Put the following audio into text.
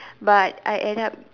but I end up